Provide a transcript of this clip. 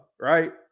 right